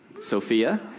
Sophia